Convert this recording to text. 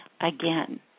again